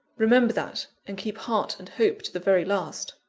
remember that, and keep heart and hope to the very last.